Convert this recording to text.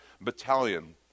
battalion